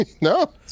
No